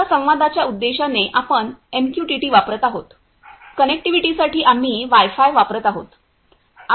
आता संवादाच्या उद्देशाने आपण एमक्यूटीटी वापरत आहोत कनेक्टिव्हिटीसाठी आम्ही वाय फाय वापरत आहोत